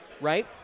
Right